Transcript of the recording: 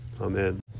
Amen